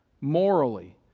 morally